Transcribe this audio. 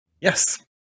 Yes